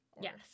Yes